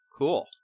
Cool